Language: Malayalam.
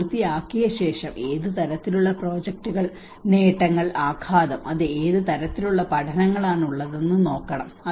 അത് പൂർത്തിയാക്കിയ ശേഷം ഏത് തരത്തിലുള്ള പ്രോജക്ടുകൾ നേട്ടങ്ങൾ ആഘാതം അത് ഏത് തരത്തിലുള്ള പഠനങ്ങളാണ് ഉള്ളതെന്ന് നോക്കണം